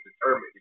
determined